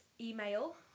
email